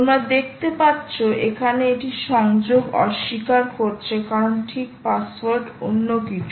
তোমরা দেখতে পাচ্ছ এখানে এটি সংযোগ অস্বীকার করেছে কারণ ঠিক পাসওয়ার্ড অন্য কিছু